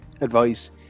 advice